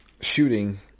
shooting